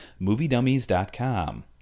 moviedummies.com